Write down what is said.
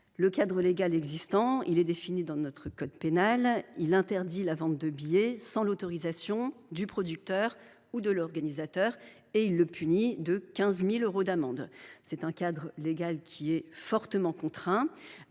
Le cadre légal existant est défini dans notre code pénal, qui interdit la vente de billets sans l’autorisation du producteur ou de l’organisateur et la punit de 15 000 euros d’amende. Ce cadre légal est fortement contraint,